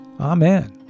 Amen